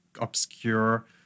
obscure